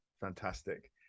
Fantastic